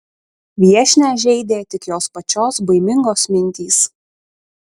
viešnią žeidė tik jos pačios baimingos mintys